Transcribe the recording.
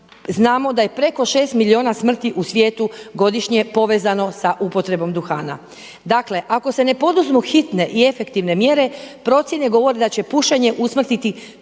znamo da je preko šest milijuna smrti u svijetu godišnje povezano sa upotrebom duhana. Dakle ako se ne poduzmu hitne i efektivne mjere, procjene govore da će pušenje usmrtiti